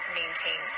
maintain